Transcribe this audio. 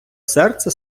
серце